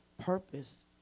purpose